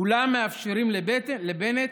כולם מאפשרים לבנט,